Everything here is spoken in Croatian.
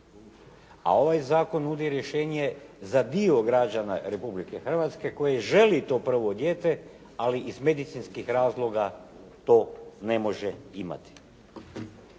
A ovaj zakon nudi rješenje za dio građana Republike Hrvatske koji želi to prvo dijete ali iz medicinskih razloga to ne može imati.